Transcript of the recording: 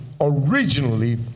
originally